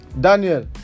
Daniel